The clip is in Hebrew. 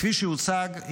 כפי שהוצג,